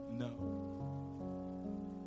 No